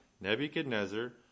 Nebuchadnezzar